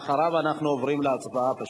ואחריו אנחנו פשוט עוברים להצבעה.